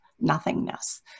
nothingness